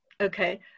okay